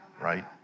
right